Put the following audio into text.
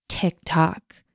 TikTok